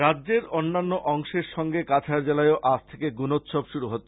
রাজ্যের অন্যান্য অংশের সঙ্গে কাছাড় জেলায়ও আজ থেকে গুণোৎসব শুরু হচ্ছে